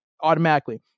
automatically